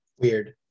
Weird